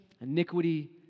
iniquity